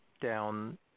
down